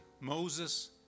Moses